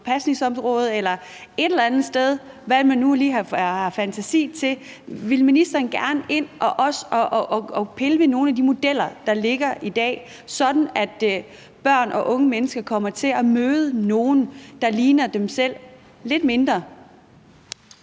på pasningsområdet eller et andet sted – hvad man nu lige har fantasi til? Vil ministeren også gerne ind at pille ved nogle af de modeller, der ligger i dag, sådan at børn og unge mennesker kommer til at møde nogen, der ligner dem selv lidt mindre?